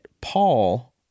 Paul